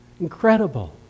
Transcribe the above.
incredible